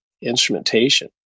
instrumentation